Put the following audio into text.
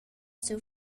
siu